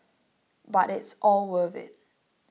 but it's all worth it